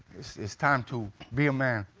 it's time to be a man.